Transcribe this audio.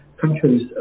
countries